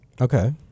Okay